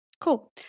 Cool